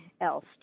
else